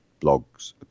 blogs